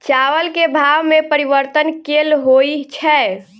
चावल केँ भाव मे परिवर्तन केल होइ छै?